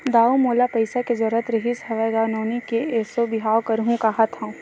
दाऊ मोला पइसा के जरुरत रिहिस हवय गा, नोनी के एसो बिहाव करहूँ काँहत हँव